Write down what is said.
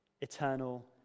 eternal